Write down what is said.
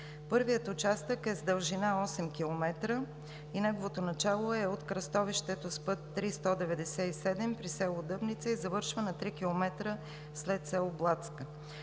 Първият участък е с дължина 8 км и неговото начало е от кръстовището с път III-197 при село Дъбница и завършва на три километра след село Блатска.